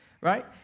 right